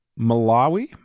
Malawi